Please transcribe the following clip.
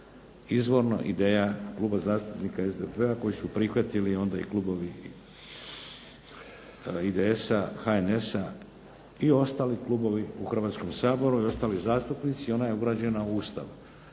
izvorno ideja Kluba zastupnika SDP-a koji su prihvatili onda i klubovi IDS-a, HNS-a i ostali klubovi u Hrvatskom saboru i ostali zastupnici i ona je ugrađena u Ustav.